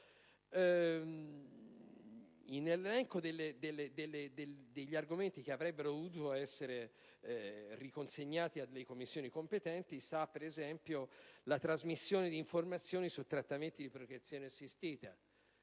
Nell'elenco degli argomenti che avrebbero dovuto essere riconsegnati alle Commissioni competenti si trova, per esempio, la trasmissione di informazioni su trattamenti di procreazione assistita.